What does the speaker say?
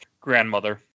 grandmother